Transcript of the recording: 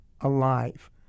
alive